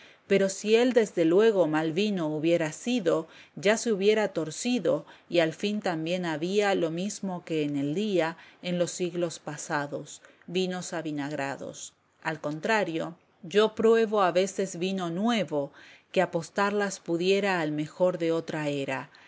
pero si él desde luego mal vino hubiera sido ya se hubiera torcido y al fin también había lo mismo que en el día en los siglos pasados vinos avinagrados al contrario yo pruebo a veces vino nuevo que apostarlas pudiera al mejor de otra era